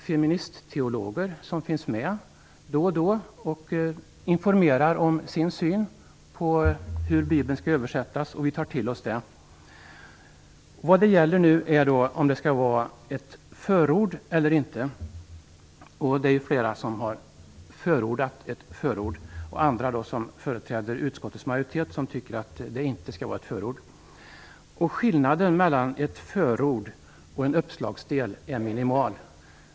Feministideologer deltar då och då och informerar om sin syn på översättningen av Bibeln, vilket vi tar till oss. Vad det gäller nu är om Bibeln skall ha ett förord eller inte. Det är ju flera som har förordat ett förord, medan andra som företräder utskottets majoritet inte tycker att det skall vara ett förord. Skillnaden mellan ett förord och en uppslagsdel är minimal.